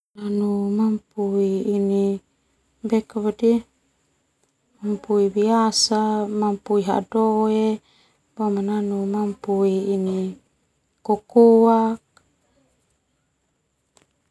Manupui ini manupui biasa, manupui hadoe, boma nanu manupui ini kokoak.